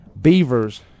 Beavers